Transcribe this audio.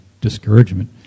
discouragement